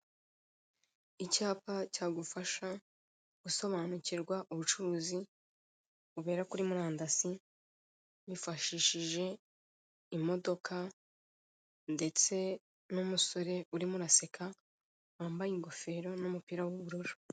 Icyapa cyagufasha gusobanukirwa ubucuruzi bubera kuri murandasi wifashishije imodoka ndetse n'umusore urimo uraseka wambaye ingofero n'umupira w'ubururu.